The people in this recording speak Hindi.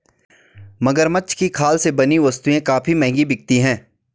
मगरमच्छ की खाल से बनी वस्तुएं काफी महंगी बिकती हैं